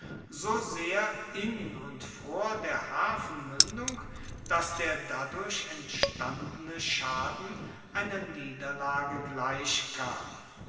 so sehr in und vor der hafenmündung daß der dadurch entstandene schaden einer niederlage gleichkam